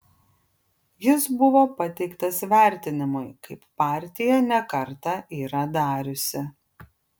jis buvo pateiktas vertinimui kaip partija ne kartą yra dariusi